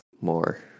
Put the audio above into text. more